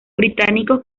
británicos